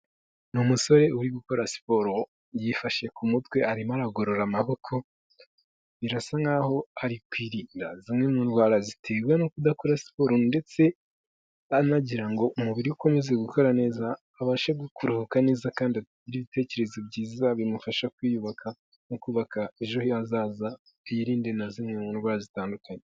Ni umusore uri gukora siporo, yifashe ku mutwe, arimo aragorora amaboko, birasa nk'aho ari kwirinda zimwe mu ndwara zitewe no kudakora siporo ndetse anagira ngo umubiri ukomeze gukora neza, abashe kuruhuka neza kandi agire ibitekerezo byiza bimufasha kwiyubaka no kubaka ejo he hazaza hiyirinde na zimwe mu ndwara zitandukanye.